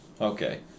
Okay